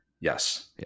yes